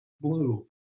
blue